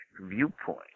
viewpoint